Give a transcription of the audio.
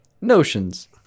notions